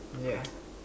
yeah